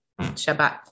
Shabbat